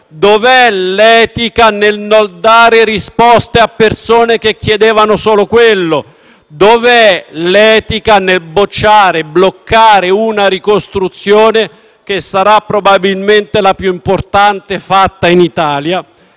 Dov’è l’etica nel non dare risposte a persone che chiedevano solo quello? Dov’è l’etica nel bocciare e bloccare una ricostruzione che sarà, probabilmente, la più importante fatta in Italia?